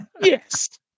Yes